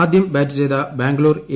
ആദ്യം ബാറ്റ് ചെയ്ത ബാംഗ്ലൂർ എ